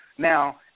Now